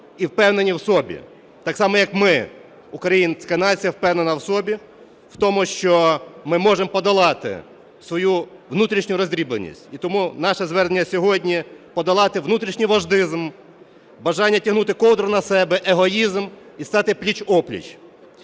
і впевнені в собі, так само, як ми, українська нація, впевнена в собі, в тому, що ми можемо подолати свою внутрішню роздробленість. І тому наше звернення сьогодні: подолати внутрішній вождізм, бажання тягнути ковдру на себе, егоїзм і стати пліч-о-пліч.